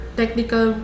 technical